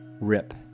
rip